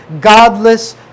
godless